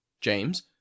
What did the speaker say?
James